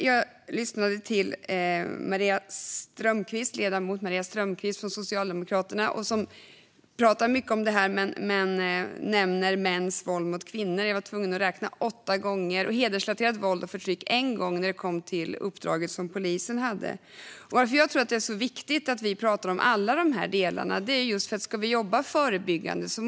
Jag lyssnade till ledamoten Maria Strömkvist från Socialdemokraterna, som nämnde mäns våld mot kvinnor åtta gånger - jag var tvungen att räkna - och hedersrelaterat våld och förtryck en gång när det kom till polisens uppdrag. Det är viktigt att vi pratar om alla de här delarna när det gäller det förebyggande arbetet.